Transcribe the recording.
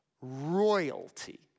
royalty